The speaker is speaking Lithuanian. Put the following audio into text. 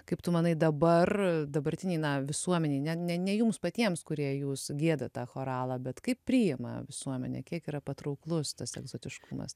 kaip tu manai dabar dabartinėj visuomenėj ne ne ne jums patiems kurie jūs giedat tą choralą bet kaip priima visuomenė kiek yra patrauklus tas egzotiškumas